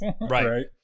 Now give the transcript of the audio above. right